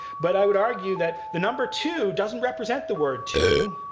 but i would argue that the number two doesn't represent the word two.